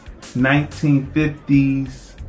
1950s